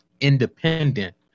independent